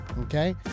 okay